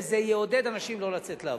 וזה יעודד אנשים לא לצאת לעבוד.